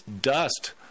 dust